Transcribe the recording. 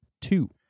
two